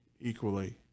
equally